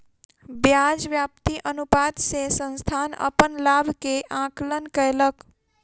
ब्याज व्याप्ति अनुपात से संस्थान अपन लाभ के आंकलन कयलक